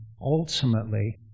ultimately